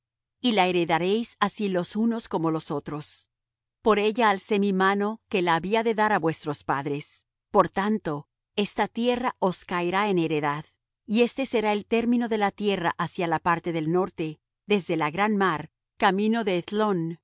y la heredaréis así los unos como los otros por ella alcé mi mano que la había de dar á vuestros padres por tanto esta tierra os caerá en heredad y este será el término de la tierra hacia la parte del norte desde la gran mar camino de